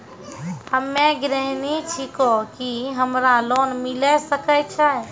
हम्मे गृहिणी छिकौं, की हमरा लोन मिले सकय छै?